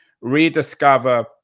rediscover